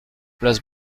place